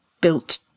built